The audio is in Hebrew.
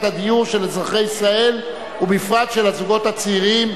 הדיור של אזרחי ישראל ובפרט של הזוגות הצעירים.